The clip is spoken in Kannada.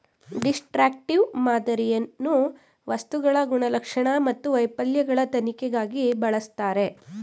ಡಿಸ್ಟ್ರಕ್ಟಿವ್ ಮಾದರಿಯನ್ನು ವಸ್ತುಗಳ ಗುಣಲಕ್ಷಣ ಮತ್ತು ವೈಫಲ್ಯಗಳ ತನಿಖೆಗಾಗಿ ಬಳಸ್ತರೆ